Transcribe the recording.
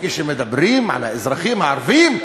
וכשמדברים על האזרחים הערבים,